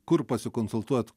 kur pasikonsultuot